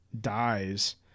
dies